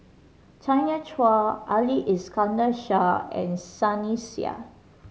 Tanya Chua Ali Iskandar Shah and Sunny Sia